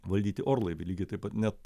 valdyti orlaivį lygiai taip pat net